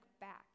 back